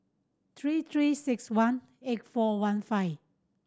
three Three Six One eight four one five